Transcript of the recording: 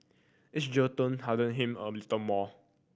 each jail term hardened him a little more